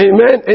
Amen